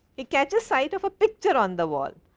he catches sight of a picture on the wall.